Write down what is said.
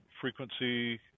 frequency